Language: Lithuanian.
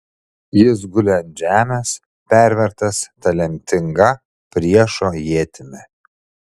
jis guli ant žemės pervertas ta lemtinga priešo ietimi